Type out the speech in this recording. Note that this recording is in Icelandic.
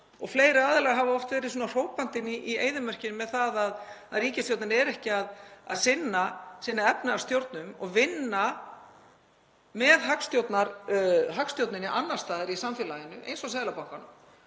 og fleiri aðilar, höfum verið hrópandinn í eyðimörkinni með það að ríkisstjórnin sé ekki að sinna sinni efnahagsstjórnun og vinna með hagstjórninni annars staðar í samfélaginu, eins og Seðlabankanum.